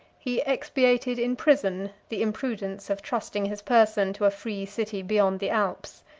he expiated in prison the imprudence of trusting his person to a free city beyond the alps.